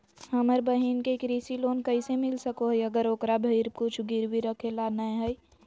हमर बहिन के कृषि लोन कइसे मिल सको हइ, अगर ओकरा भीर कुछ गिरवी रखे ला नै हइ?